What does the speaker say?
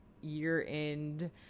year-end